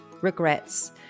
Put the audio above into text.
regrets